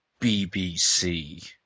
BBC